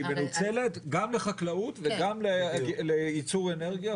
היא מנוצלת גם לחקלאות וגם לייצור אנרגיה.